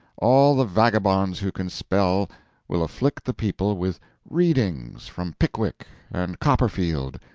all the vagabonds who can spell will afflict the people with readings from pickwick and copperfield,